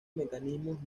mecanismos